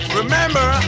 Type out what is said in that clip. remember